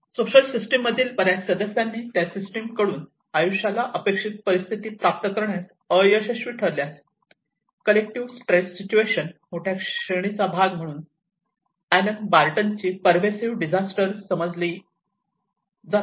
social system मधील बर्याच सदस्यांनी त्या सिस्टमकडून आयुष्याला अपेक्षित परिस्थिती प्राप्त करण्यास अयशस्वी ठरल्यास कलेक्टिव स्ट्रेस सिटूएशन्स मोठ्या श्रेणीचा भाग म्हणून अॅलन बार्टनची पेरसईव्हड डिझास्टर समजली जाते